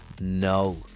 no